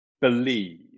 believe